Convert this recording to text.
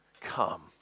come